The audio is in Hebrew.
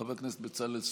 חבר הכנסת בצלאל סמוטריץ',